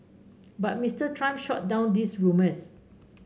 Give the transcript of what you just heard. but Mister Trump shot down those rumours